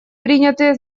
принятые